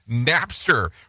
Napster